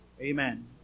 Amen